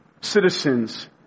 Citizens